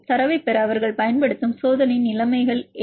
தரவைப் பெற அவர்கள் பயன்படுத்தும் சோதனை நிலைமைகள் என்ன